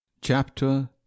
Chapter